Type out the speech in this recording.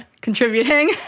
contributing